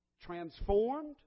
transformed